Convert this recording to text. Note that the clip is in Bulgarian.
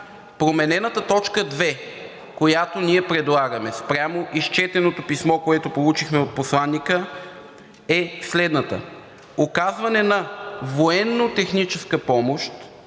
променената точка 2, която ние предлагаме, спрямо изчетеното писмо, което получихме от посланика, е следната: „Оказване на военно-техническа помощ